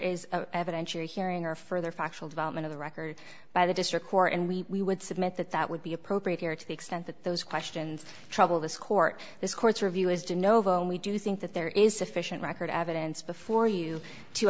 is evidence your hearing or further factual development of the record by the district court and we would submit that that would be appropriate here to the extent that those questions trouble this court this court's review is do novo and we do think that there is sufficient record evidence before you